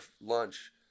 lunch